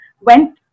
went